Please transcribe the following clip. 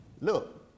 look